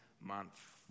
month